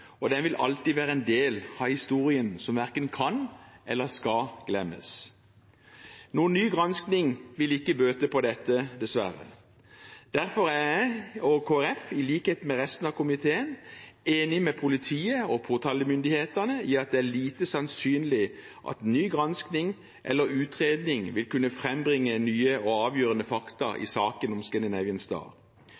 og den vil alltid være en del av historien som verken kan eller skal glemmes. Noen ny granskning vil ikke bøte på dette dessverre. Derfor er jeg og Kristelig Folkeparti, i likhet med resten av komiteen, enig med politiet og påtalemyndighetene i at det er lite sannsynlig at ny granskning eller utredning vil kunne frembringe nye og avgjørende fakta i